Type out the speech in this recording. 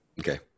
Okay